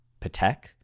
patek